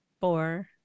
four